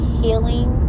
healing